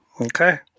Okay